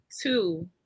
two